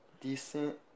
Decent